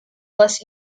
less